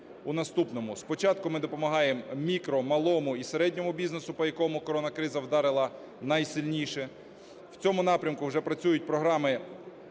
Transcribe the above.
у наступному. Спочатку ми допомагаємо мікро-, малому і середньому бізнесу, по якому коронакриза вдарила найсильніше. В цьому напрямку вже працюють програми